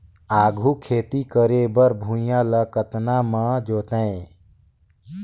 आघु खेती करे बर भुइयां ल कतना म जोतेयं?